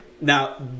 Now